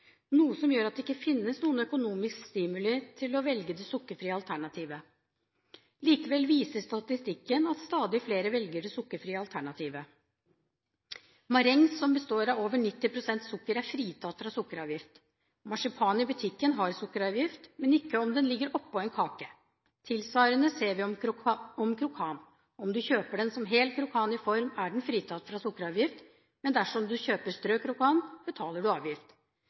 noe som gjør at det ikke finnes noen økonomiske stimuli til å velge det sukkerfrie alternativet. Likevel viser statistikken at stadig flere velger det sukkerfrie alternativet. Marengs, som består av over 90 pst. sukker, er fritatt fra sukkeravgift. Marsipan i butikken har sukkeravgift, men ikke om den ligger oppå en kake. Når det gjelder krokan, ser vi noe tilsvarende. Om du kjøper den som hel krokan, i form, er den fritatt fra sukkeravgift, men dersom du kjøper strø-krokan, må du betale avgift.